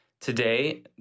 today